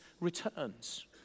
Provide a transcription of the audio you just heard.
returns